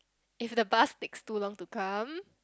if the bus takes too long to come